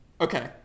Okay